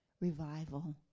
revival